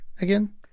again